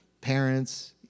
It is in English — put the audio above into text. parents